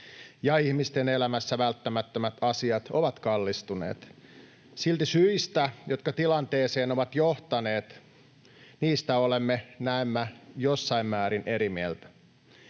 ja ihmisten elämässä välttämättömät asiat ovat kallistuneet. Silti syistä, jotka tilanteeseen ovat johtaneet, olemme näemmä jossain määrin eri mieltä.